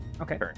Okay